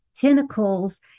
tentacles